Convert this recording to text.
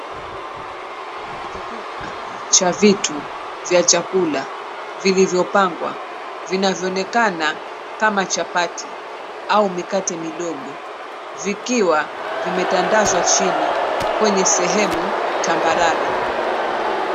Kikubwa cha vitu vya chakula vilivyopangwa, vinavyoonekana kama chapati au mikate midogo, vikiwa vimetandazwa chini kwenye sehemu tambarare.